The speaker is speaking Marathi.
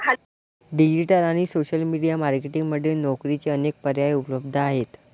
डिजिटल आणि सोशल मीडिया मार्केटिंग मध्ये नोकरीचे अनेक पर्याय उपलब्ध आहेत